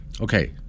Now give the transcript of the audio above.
Okay